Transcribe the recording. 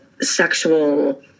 sexual